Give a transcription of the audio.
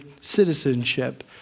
citizenship